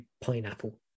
pineapple